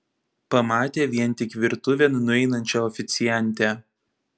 pamatė vien tik virtuvėn nueinančią oficiantę